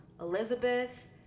Elizabeth